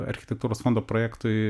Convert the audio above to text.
architektūros fondo projektui